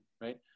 right